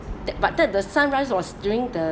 that but that the sunrise was during the